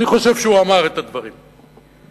אני חושב שהוא אמר את הדברים למיטשל,